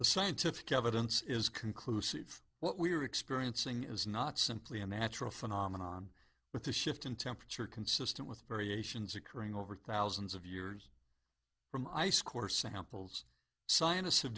the scientific evidence is conclusive what we are experiencing is not simply a matter of phenomenon but the shift in temperature consistent with variations occurring over thousands of years from ice core samples s